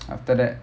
after that